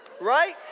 right